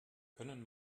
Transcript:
können